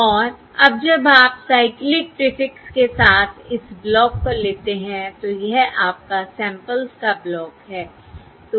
और अब जब आप साइक्लिक प्रीफिक्स के साथ इस ब्लॉक को लेते हैं तो यह आपका सैंपल्स का ब्लॉक है